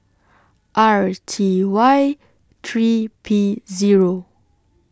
R T Y three P Zero